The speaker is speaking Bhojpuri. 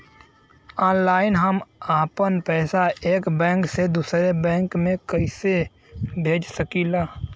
ऑनलाइन हम आपन पैसा एक बैंक से दूसरे बैंक में कईसे भेज सकीला?